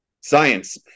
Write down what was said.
science